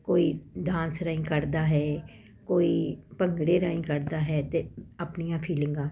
ਕੋਈ ਡਾਂਸ ਨਹੀਂ ਕੱਢਦਾ ਹੈ ਕੋਈ ਭੰਗੜੇ ਰਾਹੀਂ ਕੱਢਦਾ ਹੈ ਤੇ ਆਪਣੀਆਂ ਫੀਲਿੰਗਾਂ